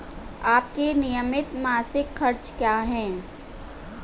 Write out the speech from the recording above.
आपके नियमित मासिक खर्च क्या हैं?